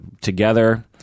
together